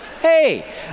Hey